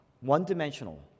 one-dimensional